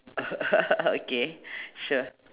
okay sure